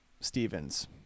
Stevens